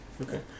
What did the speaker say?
okay